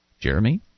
Jeremy